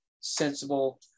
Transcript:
sensible